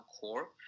core